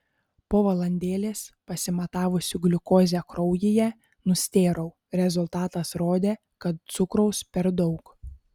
po valandėlės pasimatavusi gliukozę kraujyje nustėrau rezultatas rodė kad cukraus per daug